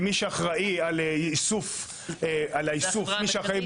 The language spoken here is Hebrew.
מי שאחראי על איסוף --- זה החברה המרכזית?